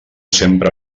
sempre